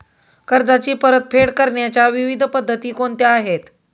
कर्जाची परतफेड करण्याच्या विविध पद्धती कोणत्या आहेत?